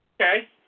Okay